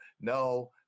no